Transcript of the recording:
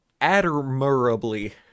admirably